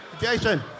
Jason